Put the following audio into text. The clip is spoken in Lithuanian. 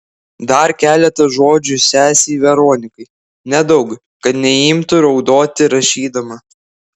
dar keletą žodžių sesei veronikai nedaug kad neimtų raudoti rašydama